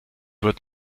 wird